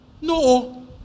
No